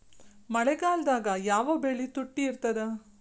ಮಳೆಗಾಲದಾಗ ಯಾವ ಬೆಳಿ ತುಟ್ಟಿ ಇರ್ತದ?